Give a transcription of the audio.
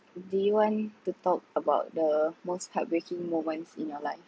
do you want to talk about the most heartbreaking moments in your life